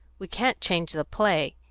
we can't change the play,